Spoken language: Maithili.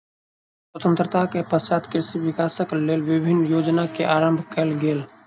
स्वतंत्रता के पश्चात कृषि विकासक लेल विभिन्न योजना के आरम्भ कयल गेल